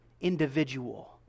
individual